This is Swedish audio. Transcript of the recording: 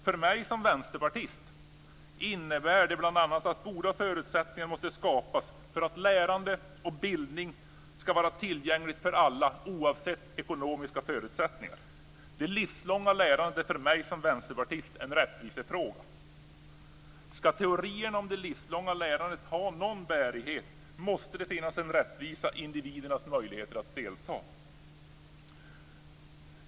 För mig som vänsterpartist innebär det bl.a. att goda förutsättningar måste skapas för att lärande och bildning skall vara tillgängligt för alla oavsett ekonomiska förutsättningar. Det livslånga lärandet är för mig som vänsterpartist en rättvisefråga! Skall teorierna om det livslånga lärandet ha någon bärighet måste det finnas en rättvisa i individernas möjligheter att delta.